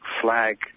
flag